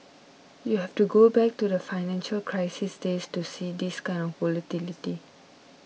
you have to go back to the financial crisis days to see this kind of volatility